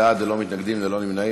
עשרה בעד, ללא מתנגדים וללא נמנעים.